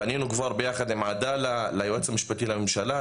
פנינו כבר יחד עם עדאלה ליועץ המשפטי לממשלה,